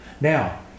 Now